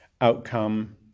outcome